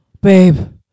babe